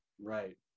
Right